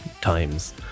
times